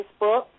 Facebook